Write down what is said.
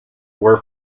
were